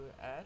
add